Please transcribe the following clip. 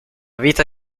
vita